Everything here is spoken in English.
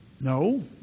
No